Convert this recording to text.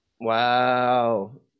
Wow